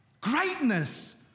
Greatness